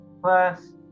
Plus